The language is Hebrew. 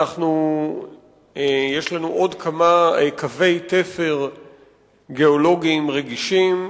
יש לנו עוד כמה קווי תפר גיאולוגיים רגישים,